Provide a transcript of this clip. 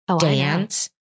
dance